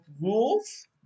rules